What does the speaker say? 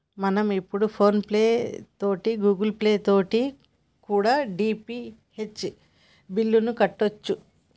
మనం ఇప్పుడు ఫోన్ పే తోటి గూగుల్ పే తోటి కూడా డి.టి.హెచ్ బిల్లుని కట్టొచ్చు